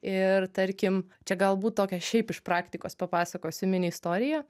ir tarkim čia gal būt tokią šiaip iš praktikos papasakosiu mini istoriją